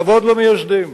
כבוד למייסדים: